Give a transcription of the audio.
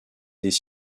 des